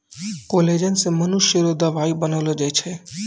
collagen से मनुष्य रो दवाई बनैलो जाय छै